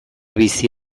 bizi